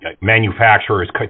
manufacturers